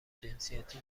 جنسیتی